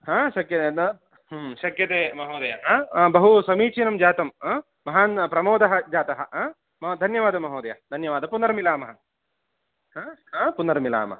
शक्यते त शक्यते महोदय बहु समीचीनं जातं महान् प्रमोदः जातः मम धन्यवादः महोदय धन्यवादः पुनर्मिलामः पुनर्मिलामः